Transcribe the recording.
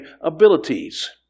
abilities